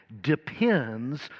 depends